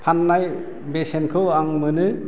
फाननाय बेसेनखौ आं मोनो